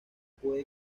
puede